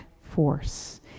force